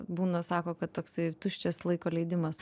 būna sako kad toksai tuščias laiko leidimas